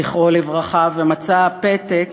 זכרו לברכה, ומצא פתק: